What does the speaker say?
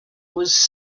was